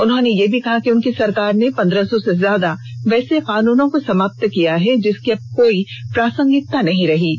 उन्होंने यह भी कहा कि उनकी सरकार ने पंद्रह सौ से ज्यादा वैसे कानूनों को समाप्त किया है जिसकी अब कोई प्रांसागिकता नहीं है